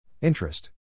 Interest